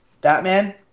Batman